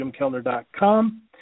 jimkellner.com